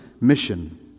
mission